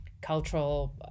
cultural